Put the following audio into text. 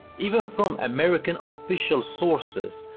even from american official sources,